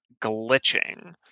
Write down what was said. glitching